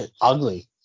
Ugly